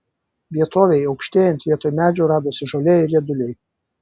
vietovei aukštėjant vietoj medžių radosi žolė ir rieduliai